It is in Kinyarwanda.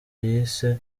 yise